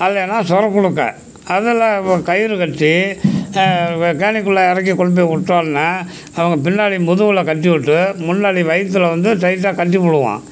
அது இல்லைன்னா சொர குடுக்க அதில் இப்போ கயிறு கட்டி கேணிக்குள்ள இறக்கி கொண்டு போய் விட்டோன்னா அவங்க பின்னாடி முதுகில் கட்டிவிட்டு முன்னாடி வயிற்றுல வந்து டைட்டாக கட்டிப்பிடுவோம்